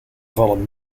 vallen